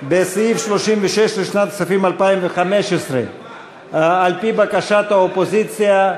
בסעיף 36 לשנת הכספים 2015. על-פי בקשת האופוזיציה,